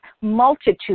multitude